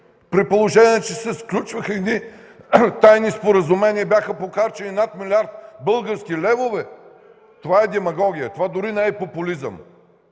при положение че се сключваха едни тайни споразумения и бяха похарчени над милиард български левове – това е демагогия, това дори не е популизъм!